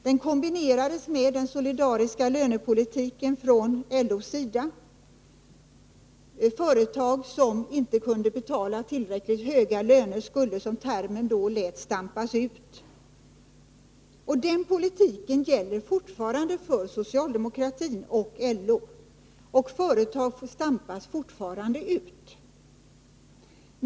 Den kombinerades med den solidariska lönepolitiken från LO:s sida. Företag som inte kunde betala tillräckligt höga löner skulle, som termen då var, stampas ut. Denna politik gäller fortfarande för socialdemokratin och LO, och företag stampas fortfarande ut.